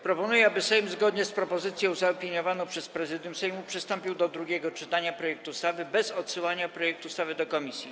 Proponuję, aby Sejm, zgodnie z propozycją zaopiniowaną przez Prezydium Sejmu, przystąpił do drugiego czytania projektu ustawy bez odsyłania projektu ustawy do komisji.